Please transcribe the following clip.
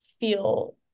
feel